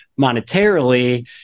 monetarily